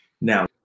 Now